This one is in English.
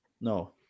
No